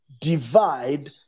divide